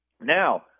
Now